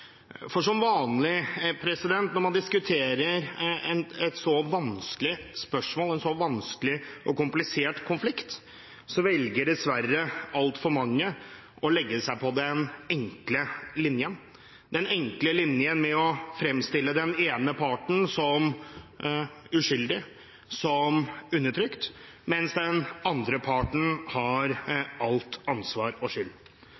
Som vanlig når man diskuterer et så vanskelig spørsmål, en så vanskelig og komplisert konflikt, velger dessverre altfor mange å legge seg på den enkle linjen – den enkle linjen med å fremstille den ene parten som uskyldig, som undertrykt, mens den andre parten har alt ansvar og all skyld.